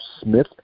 Smith